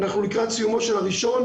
אנחנו לקראת סיומו של הראשון.